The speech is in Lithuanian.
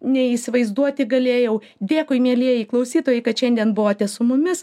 nei įsivaizduoti galėjau dėkui mielieji klausytojai kad šiandien buvote su mumis